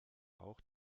auch